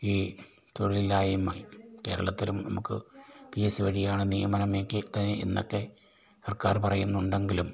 ഈ തൊഴിലില്ലായ്മ കേരളത്തിലും നമുക്ക് പി എസ് സി വഴിയാണ് നിയമനം കിട്ടുക എന്നക്കെ സർക്കാർ പറയുന്നുണ്ടെങ്കിലും